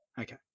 Okay